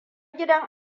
gidan